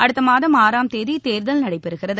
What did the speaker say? அடுத்த மாதம் ஆறாம் தேதி தேர்தல் நடைபெறுகிறது